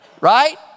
Right